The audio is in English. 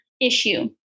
issue